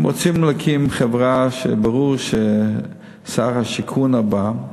הם רוצים להקים חברה, וברור ששר השיכון הבא,